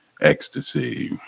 Ecstasy